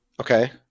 Okay